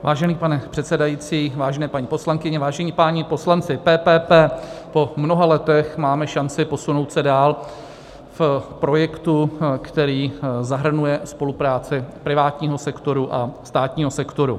Vážený pane předsedající, vážené paní poslankyně, vážení páni poslanci, PPP po mnoha letech máme šanci posunout se dál v projektu, který zahrnuje spolupráci privátního sektoru a státního sektoru.